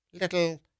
little